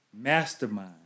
mastermind